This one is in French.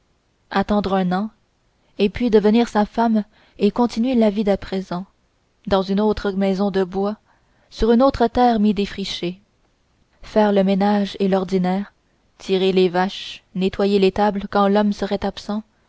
attendre un an et puis devenir sa femme et continuer la vie d'à présent dans une autre maison de bois sur une autre terre mi défrichée faire le ménage et l'ordinaire tirer les vaches nettoyer l'étable quand l'homme serait absent